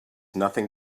nothing